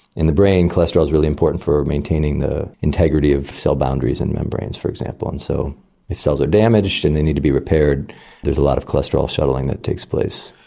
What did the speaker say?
in the brain, cholesterol is really important for maintaining the integrity of cell boundaries and membranes, for example, and so if cells are damaged and they need to be repaired there's a lot of cholesterol shuttling that takes place.